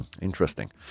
Interesting